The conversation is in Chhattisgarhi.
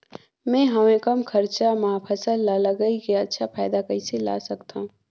मैं हवे कम खरचा मा फसल ला लगई के अच्छा फायदा कइसे ला सकथव?